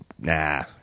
nah